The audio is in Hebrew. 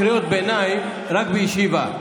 קריאות ביניים רק בישיבה.